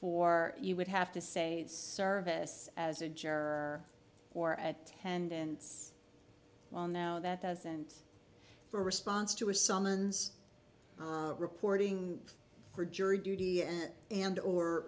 for you would have to say service as a juror or at tendence well now that doesn't for response to a summons reporting for jury duty and and or